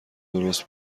درست